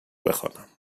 بخوانم